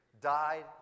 Died